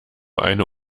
eine